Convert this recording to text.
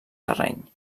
terreny